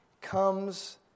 comes